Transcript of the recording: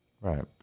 Right